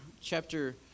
chapter